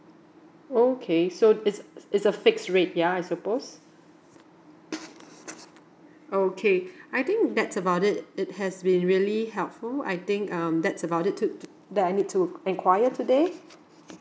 okay so it's a it's a fixed rate yeah I suppose oh okay I think that's about it it has been really helpful I think um that's about it to to that I need to enquire today